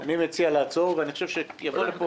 אני מציע לעצור ואני חושב שיבוא לפה